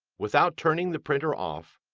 without turning the printer off,